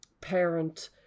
parent